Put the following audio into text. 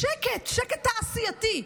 בשקט תעשייתי,